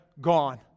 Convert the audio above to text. gone